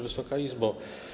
Wysoka Izbo!